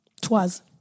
Twas